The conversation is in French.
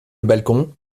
balcon